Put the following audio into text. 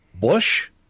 Bush